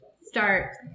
start